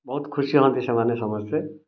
ବହୁତ ଖୁସି ହୁଅନ୍ତି ସେମାନେ ସମସ୍ତେ